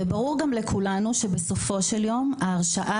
ברור לכולנו שבסופו של יום ההרשאה